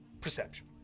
perception